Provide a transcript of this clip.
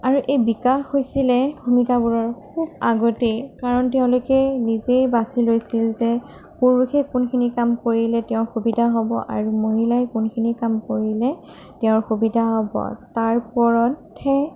আৰু এই বিকাশ হৈছিলে ভূমিকাবোৰৰ খুব আগতেই কাৰণ তেওঁলোকে নিজেই বাচি লৈছিল যে পুৰুষে কোনখিনি কাম কৰিলে তেওঁৰ সুবিধা হ'ব আৰু মহিলাই কোনখিনি কাম কৰিলে তেওঁৰ সুবিধা হ'ব তাৰ ওপৰতহে